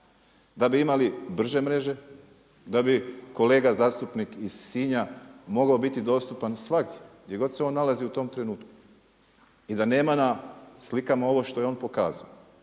da bi imali brže mreže, da bi kolega zastupnik iz Sinja mogao biti dostupan svagdje, gdje god se on nalazi u tom trenutku. I da nema na slikama ovo što je on pokazao.